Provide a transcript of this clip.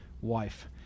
wife